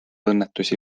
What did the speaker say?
õnnetusi